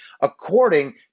according